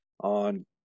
on